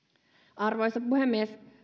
arvoisa puhemies